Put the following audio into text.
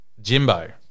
Jimbo